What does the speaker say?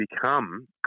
become